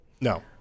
No